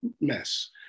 mess